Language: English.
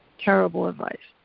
terrible advice,